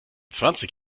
zwanzig